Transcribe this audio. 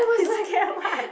you scared what